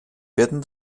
werden